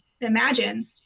imagine